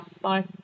bye